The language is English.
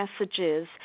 messages